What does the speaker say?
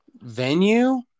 Venue